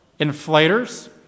inflators